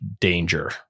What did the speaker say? danger